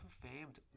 confirmed